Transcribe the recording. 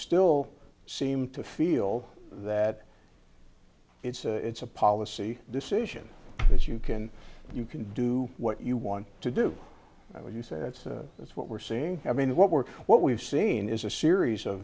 still seem to feel that it's a it's a policy decision as you can you can do what you want to do what you say that's what we're seeing i mean what we're what we've seen is a series of